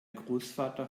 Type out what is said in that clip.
großvater